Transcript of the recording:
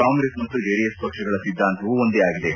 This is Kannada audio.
ಕಾಂಗ್ರೆಸ್ ಮತ್ತು ಜೆಡಿಎಸ್ ಪಕ್ಷಗಳ ಸಿದ್ಧಾಂತವು ಒಂದೇ ಆಗಿದೆ